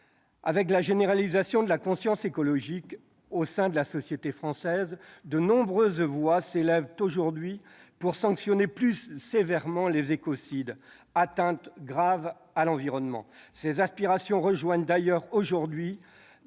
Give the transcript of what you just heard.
Avec la généralisation de la conscience écologique au sein de la société française, de nombreuses voix s'élèvent aujourd'hui pour sanctionner plus sévèrement les écocides, atteintes graves à l'environnement. Ces aspirations rejoignent d'ailleurs d'autres